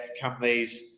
companies